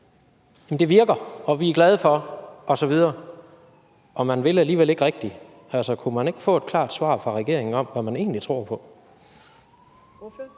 at det virker, og det er vi glade for osv., men på den anden side vil man alligevel ikke rigtig. Kunne vi ikke få et klart svar fra regeringen på, hvad man egentlig tror på?